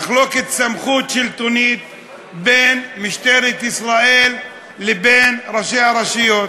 מחלוקת על סמכות שלטונית בין משטרת ישראל לבין ראשי הרשויות: